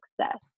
success